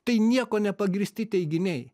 tai niekuo nepagrįsti teiginiai